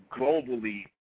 globally